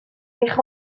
eich